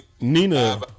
Nina